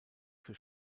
für